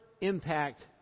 impact